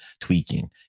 tweaking